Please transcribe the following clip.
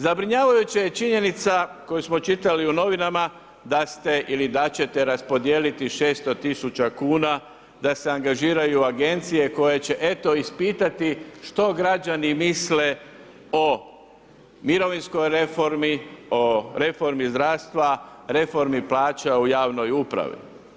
Zabrinjavajuća je činjenica koju smo čitali u novinama da ste ili da ćete raspodijeliti 600 000 kuna da se angažiraju agencije koje će eto ispitati što građani misle o mirovinskoj reformi, o reformi zdravstva, reformi plaća u javnoj upravi.